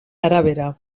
arabera